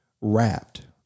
Wrapped